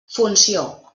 funció